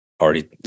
already